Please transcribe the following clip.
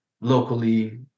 locally